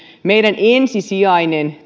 meidän ensisijainen